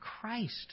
Christ